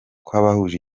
kw’abahuje